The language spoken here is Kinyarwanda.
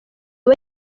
aba